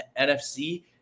NFC